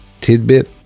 tidbit